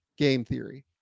gametheory